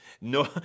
No